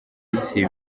isi